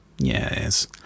Yes